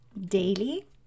daily